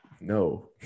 No